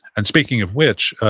and speaking of which,